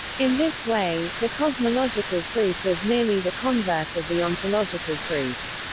in this way, the cosmological proof is merely the converse of the ontological proof.